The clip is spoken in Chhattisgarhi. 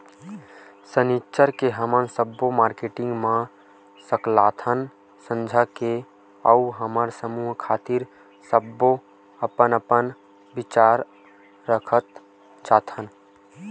सनिच्चर के हमन जम्मो मारकेटिंग मन सकलाथन संझा के अउ हमर समूह खातिर सब्बो अपन अपन बिचार रखत जाथन